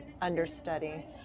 understudy